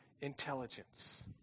intelligence